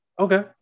Okay